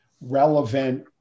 relevant